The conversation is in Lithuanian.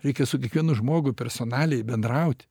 reikia su kiekvienu žmogu personaliai bendrauti